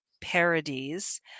parodies